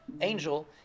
angel